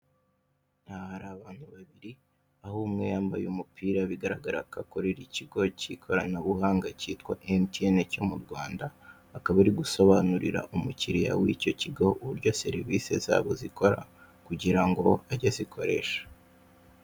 Aha hari abantu babiri, aho umwe yambaye umupira bigaragara ko akorera ikigo cy'ikoranabuhanga cyitwa MTN cyo mu Rwanda, akaba ari gusobanurira umukiriya w'icyo kigo uburyo serivisi zabo zikora, kugira ngo ajye azikoresha.